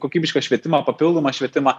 kokybišką švietimą papildomą švietimą